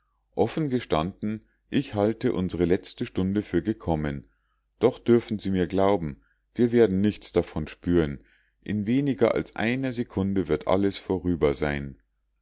offen gestanden ich halte unsre letzte stunde für gekommen doch dürfen sie mir glauben wir werden nichts davon spüren in weniger als einer sekunde wird alles vorüber sein